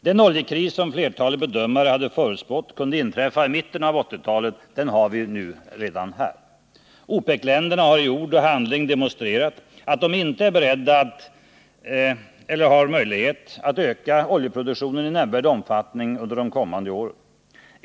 Den oljekris som flertalet bedömare hade förutspått kunde inträffa i mitten på 1980-talet har vi redan här. OPEC-länderna har i ord och handling demorstrerat att de under de kommande åren inte är beredda eller har möjlighet att öka oljeproduktionen i nämnvärd omfattning.